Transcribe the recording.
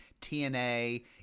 TNA